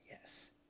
yes